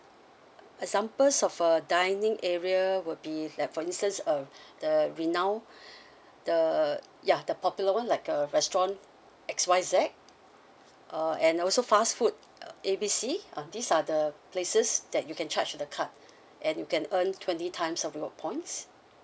examples of a dining area would be like for instance uh the renowned the ya the popular one like a restaurant X Y Z uh and also fast food uh A B C uh these are the places that you can charge to the card and you can earn twenty times of reward points